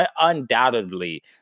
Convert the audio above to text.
undoubtedly